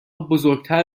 بزرگتر